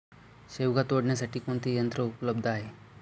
शेवगा तोडण्यासाठी कोणते यंत्र उपलब्ध आहे?